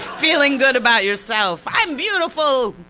feeling good about yourself. i'm beautiful!